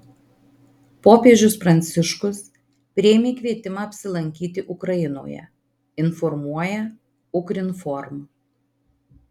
popiežius pranciškus priėmė kvietimą apsilankyti ukrainoje informuoja ukrinform